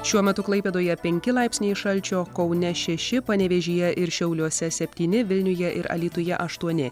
šiuo metu klaipėdoje penki laipsniai šalčio kaune šeši panevėžyje ir šiauliuose septyni vilniuje ir alytuje aštuoni